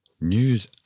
news